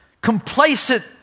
complacent